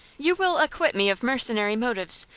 you will acquit me of mercenary motives,